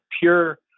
pure